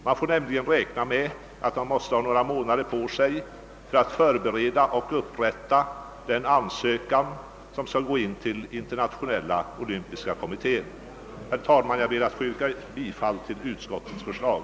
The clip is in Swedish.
Man måste nämligen ha några månader på sig för att förbereda och upprätta den ansökan som skall gå in till Internationella olympiska kommittén. Herr talman! Jag ber att få yrka bifall till utskottets förslag.